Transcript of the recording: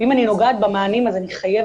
אם אני נוגעת במענים אז אני חייבת